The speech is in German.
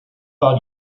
war